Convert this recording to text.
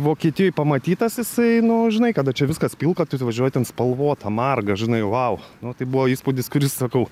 vokietijoj pamatytas jisai nu žinai kada čia viskas pilka tai tu važiuoji ten spalvota marga žinai vau nu tai buvo įspūdis kuris sakau